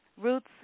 Roots